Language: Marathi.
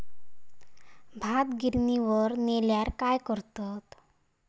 भात गिर्निवर नेल्यार काय करतत?